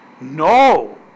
No